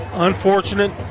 Unfortunate